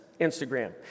Instagram